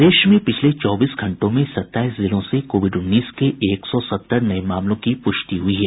प्रदेश में पिछले चौबीस घंटों में सत्ताईस जिलों से कोविड उन्नीस के एक सौ सत्तर नये मामलों की पुष्टि हुई है